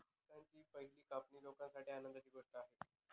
पिकांची पहिली कापणी ही लोकांसाठी आनंदाची गोष्ट आहे